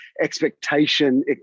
expectation